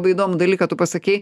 labai įdomų dalyką tu pasakei